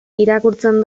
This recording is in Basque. irakurtzen